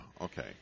okay